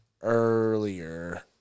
earlier